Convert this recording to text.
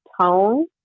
tone